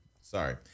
Sorry